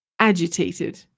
Agitated